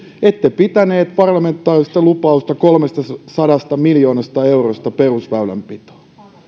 ette pitäneet parlamentaarista lupausta kolmestasadasta miljoonasta eurosta perusväylänpitoon